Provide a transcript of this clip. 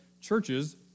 churches